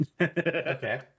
Okay